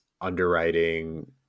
underwriting